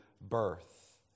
birth